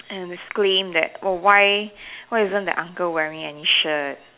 and scream that oh why why isn't that uncle wearing any shirt